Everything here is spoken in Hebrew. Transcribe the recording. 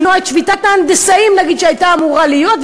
למנוע את שביתת ההנדסאים שהייתה אמורה להיות,